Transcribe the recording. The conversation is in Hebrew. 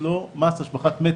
תשפ"א-21'.